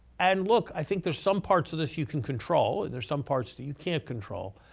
and look, i think there's some parts of this you can control and there's some parts that you can't control.